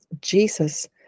jesus